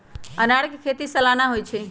अनारकें खेति सलाना होइ छइ